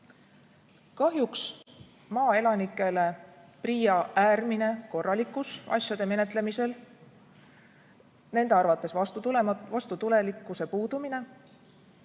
tekitab maaelanikele PRIA äärmine korralikkus asjade menetlemisel, nende arvates vastutulelikkuse puudumine,